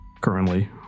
currently